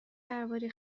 درباره